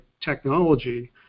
technology